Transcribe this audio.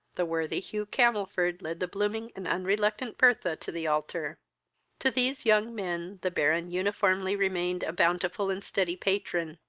the worthy hugh camelford led the blooming and unreluctant bertha to the altar to these young men the baron uniformly remained a bountiful and steady patron,